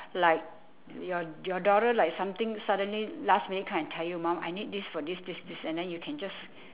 like your your daughter like something suddenly last minute come and tell you mum I need this for this this this and then you can just